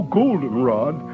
goldenrod